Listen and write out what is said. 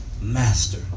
master